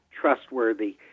trustworthy